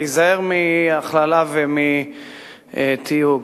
להיזהר מהכללה ומתיוג.